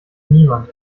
niemand